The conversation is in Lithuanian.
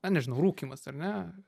na nežinau rūkymas ar ne